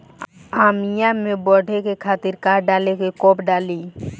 आमिया मैं बढ़े के खातिर का डाली कब कब डाली?